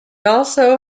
also